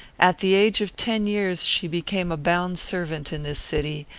at the age of ten years she became a bound servant in this city,